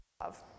love